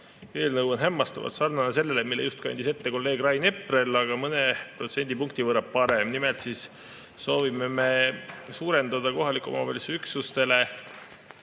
Eelnõu on hämmastavalt sarnane sellele, mille just kandis ette kolleeg Rain Epler, aga mõne protsendipunkti võrra parem. Nimelt, me soovime suurendada kohaliku omavalitsuse üksustele